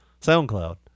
SoundCloud